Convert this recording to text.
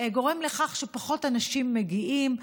גורם לכך שפחות אנשים מגיעים.